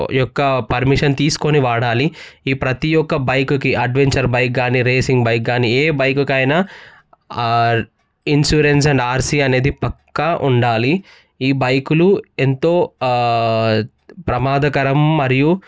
యొక్క పర్మిషన్ తీసుకొని వాడాలి ఈ ప్రతి ఒక్క బైకుకి అడ్వెంచర్ బైక్ కానీ రేసింగ్ బైక్ కానీ ఏ బైకుకు అయినా ఇన్సూరెన్స్ అండ్ ఆర్సీ అనేది పక్కా ఉండాలి ఈ బైకులు ఎంతో ప్రమాదకరం మరియు